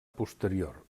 posterior